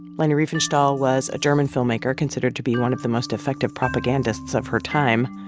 leni riefenstahl was a german filmmaker considered to be one of the most effective propagandists of her time.